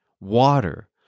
water